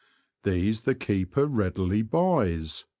these the keeper readily buys,